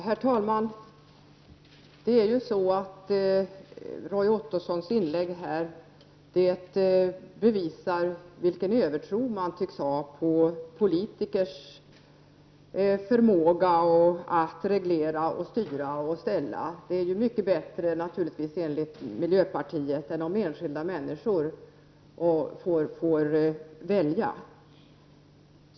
Herr talman! Roy Ottossons inlägg bevisar vilken övertro man tycks ha på politikers förmåga att reglera, styra och ställa. Det är naturligtvis mycket bättre enligt miljöpartiet än om enskilda människor får välja.